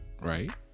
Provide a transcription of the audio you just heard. right